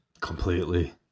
Completely